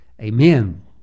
amen